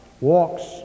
walks